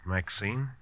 Maxine